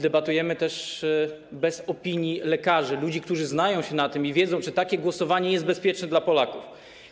Debatujemy też bez opinii lekarzy, ludzi, którzy znają się na tym i wiedzą, czy takie głosowanie jest bezpieczne dla Polaków.